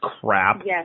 crap